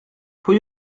pwy